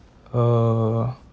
uh